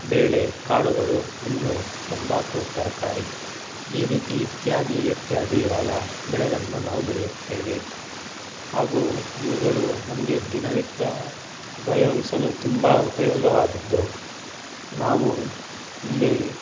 ಬೇಳೆ ಕಾಳುಗಳು ಹಣ್ಣು ತಂಬಾಕು ತರಕಾರಿ ಈ ರೀತಿ ಇತ್ಯಾದಿ ಇತ್ಯಾದಿ ಆದ ಬೆಳೆಗಳನ್ನು ನಾವು ಬೆಳೆಯುತ್ತೇವೆ ಹಾಗೂ ಇವುಗಳು ನಮಗೆ ದಿನನಿತ್ಯ ಉಪಯೋಗಿಸಲು ತುಂಬ ಉಪಯೋಗವಾದದ್ದು ನಾವು ಇಲ್ಲಿ